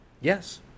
yes